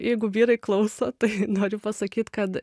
jeigu vyrai klauso tai noriu pasakyt kad